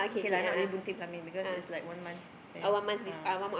K lah not really bunting pelamin because is like one month then ah